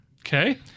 Okay